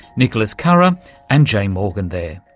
nicholas carah and jay morgan there.